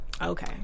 Okay